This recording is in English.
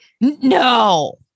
No